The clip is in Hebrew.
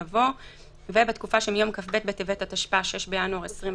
יבוא "ובתקופה שמיום כ"ב בטבת התשפ"א (6 בינואר 2021),